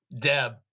deb